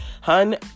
hun